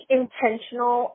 intentional